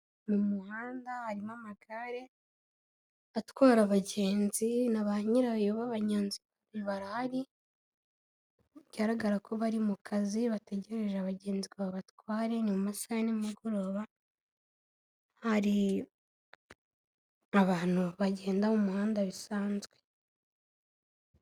Mu muhanda harimo amagare atwara abagenzi na ba nyirayo b'abanyonzi barahari bigaragara ko bari mu kazi bategereje abagenzi ngo babatware, ni mu masaha ya nimugoroba, hari abantu bagenda mu muhanda bisanzwe.